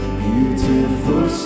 beautiful